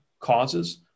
causes